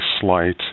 slight